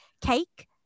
Cake